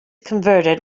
converted